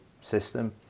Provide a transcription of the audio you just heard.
system